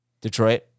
Detroit